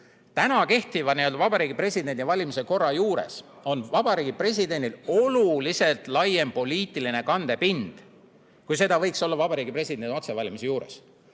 Täna kehtiva Vabariigi Presidendi valimise korra juures on Vabariigi Presidendil oluliselt laiem poliitiline kandepind, kui seda võiks olla Vabariigi Presidendi otsevalimise korral.